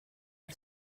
per